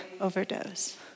overdose